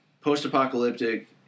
post-apocalyptic